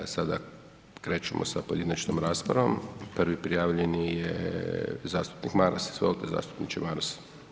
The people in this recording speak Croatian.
Sada krećemo sa pojedinačnom raspravom, prvi prijavljeni je zastupnik Maras, izvolite zastupniče Maras.